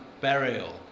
burial